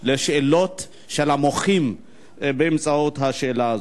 לשאלות של המוחים באמצעות השאלה הזאת.